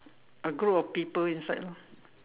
a group of people inside lor